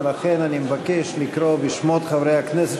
ולכן אני מבקש לקרוא בשמות חברי הכנסת